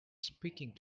speaking